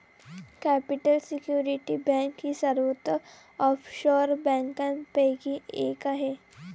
capital security bank ही सर्वोत्तम offshore बँकांपैकी एक आहे